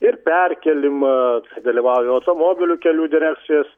ir perkėlimą dalyvauja automobilių kelių direkcijos